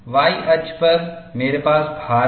Y अक्ष पर मेरे पास भार है